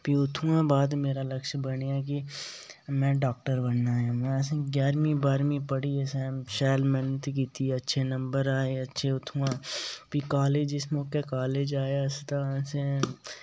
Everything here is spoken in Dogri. फ्ही उत्थुआं बाद मेरा लक्ष्य बनेआ कि में डाक्टर बनना ऐ असें ग्यारह्मीं बारह्मीं पढ़ी असें शैल मैह्नत कीती अच्छे नंबर आए अच्छे उत्थुआं फ्ही कॉलेज जिस मोकै कॉलेज आए अस तां असें